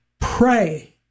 pray